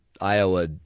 Iowa